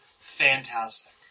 Fantastic